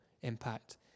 impact